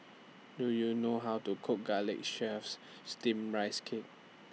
Do YOU know How to Cook Garlic Chives Steamed Rice Cake